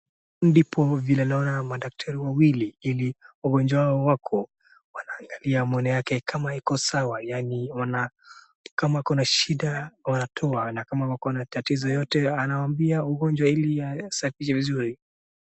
Ndipo vile naona madaktari wawili. Hili wagonjwa wao wako, wanaangalia meno yake kama iko sawa. Yaani wana, kama ako na shida wanatoa na kama ako na tatizo yoyote, anawaambia mgonjwa ili asafishe vizuri.